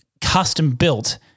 custom-built